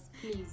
please